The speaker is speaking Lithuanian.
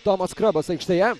tomas skrabas aikštėje